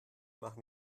machen